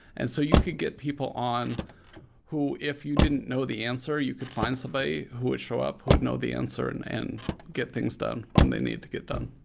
and so you could get people on who, if you didn't know the answer, you could find somebody who would show up who would know the answer and and get things done when they need to get done.